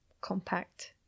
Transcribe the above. compact